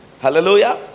Hallelujah